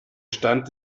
stand